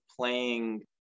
playing